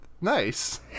Nice